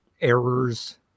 errors